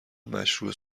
مشروح